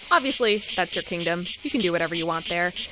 obviously, that's your kingdom. you can do whatever you want there.